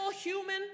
human